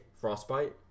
Frostbite